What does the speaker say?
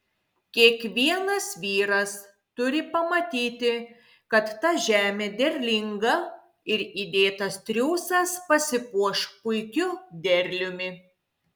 kiekvienas vyras turi pamatyti kad ta žemė derlinga ir įdėtas triūsas pasipuoš puikiu derliumi